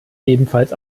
ebenfalls